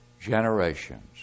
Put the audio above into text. generations